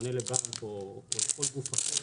פונה לבנק או לכל גוף אחר,